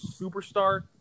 superstar